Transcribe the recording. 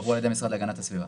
על ידי המשרד להגנת הסביבה.